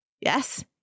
Yes